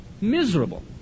Miserable